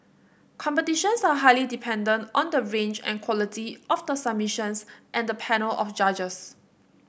competitions are highly dependent on the range and quality of the submissions and the panel of judges